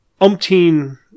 umpteen